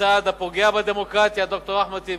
צעד הפוגע בדמוקרטיה, ד"ר אחמד טיבי.